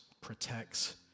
protects